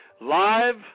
live